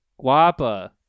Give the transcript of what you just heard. Guapa